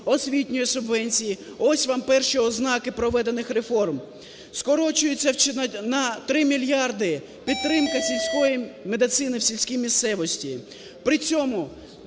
освітньої субвенції. Ось вам перші ознаки проведених реформ. Скорочується на 3 мільярди підтримка сільської медицини в сільській місцевості.